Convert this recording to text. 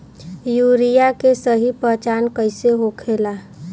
Urea के सही पहचान कईसे होखेला?